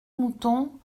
mouton